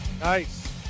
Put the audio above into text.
Nice